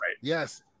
Yes